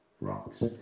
rocks